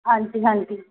ਹਾਂਜੀ ਹਾਂਜੀ